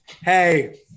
hey